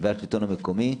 והשלטון המקומי,